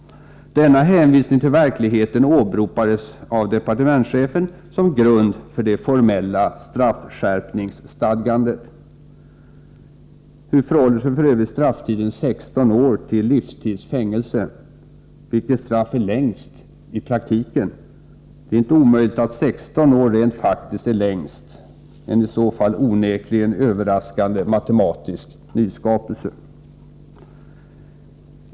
Denna hänvisning till verkligheten åberopades av departementschefen som grund för det formella straffskärpningsstadgandet. Hur förhåller sig f. ö. strafftiden 16 år till livstids fängelse? Vilket straff är längst i praktiken? Det är ej omöjligt att 16 år rent faktiskt är längst — en i så fall onekligen överraskande matematisk nyskapelse.